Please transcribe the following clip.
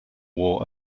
war